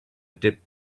dip